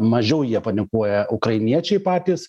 mažiau jie panikuoja ukrainiečiai patys